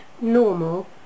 normal